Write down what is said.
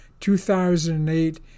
2008